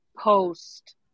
post